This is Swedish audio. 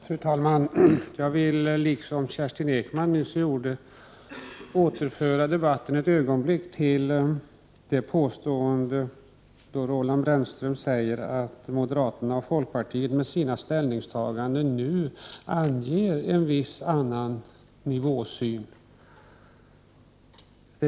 Fru talman! Jag vill — liksom Kerstin Ekman nyss gjorde — anknyta till det som Roland Brännström sade om att moderaterna och folkpartiet nu genom sina ställningstaganden anger en annan syn på nivån än den som regeringen har.